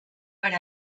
per